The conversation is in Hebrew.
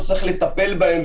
צריך לטפל בהם,